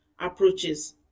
approaches